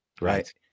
Right